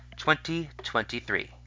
2023